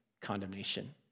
condemnation